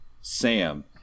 sam